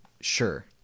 Sure